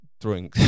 throwing